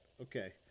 okay